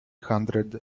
hundred